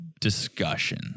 discussion